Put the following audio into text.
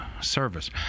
service